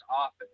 office